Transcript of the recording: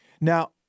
Now